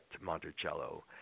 Monticello